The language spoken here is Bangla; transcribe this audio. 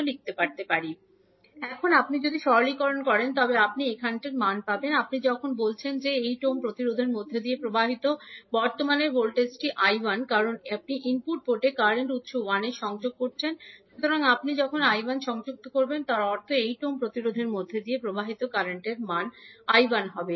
আমরা লিখতে পারি এখন আপনি যদি সরলীকরণ করেন তবে আপনি এখনকারটির মান পাবেন আপনি যখন বলছেন যে 8 ওহম প্রতিরোধের মধ্য দিয়ে প্রবাহিত বর্তমানের ভোল্টেজটি I1 1 কারণ আপনি ইনপুট পোর্টে কারেন্ট উত্স 1 সংযোগ করছেন 1 সুতরাং আপনি যখন 𝐈1 সংযুক্ত করবেন তার অর্থ 8 ওহম প্রতিরোধের মধ্য দিয়ে প্রবাহিত কারেন্ট র মান 𝐈1 হবে